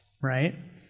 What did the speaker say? right